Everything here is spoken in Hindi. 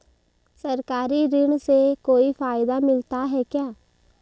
सरकारी ऋण से कोई फायदा मिलता है क्या?